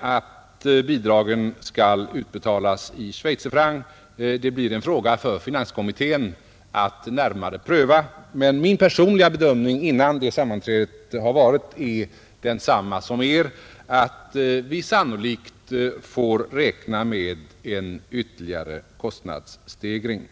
att bidragen skall betalas i schweizerfrancs; det blir en fråga för finanskommittén att närmare pröva. Men min personliga bedömning innan det sammanträdet har förevarit är densamma som Er, att vi sannolikt får räkna med en ytterligare kostnadsstegring.